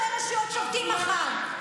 על מה ראשי רשויות שובתים מחר?